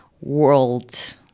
world